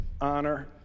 honor